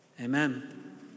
Amen